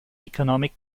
economic